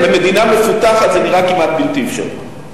למדינה מפותחת זה נראה כמעט בלתי אפשרי.